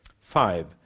Five